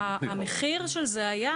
המחיר של זה היה